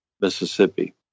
Mississippi